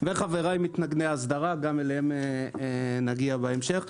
וחבריי מתנגדי ההסדרה, גם אליהם נגיע בהמשך.